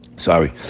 Sorry